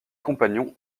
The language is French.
compagnons